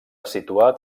situat